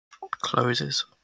Closes